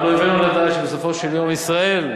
על אויבינו לדעת שבסופו של יום ישראל,